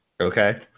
Okay